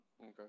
Okay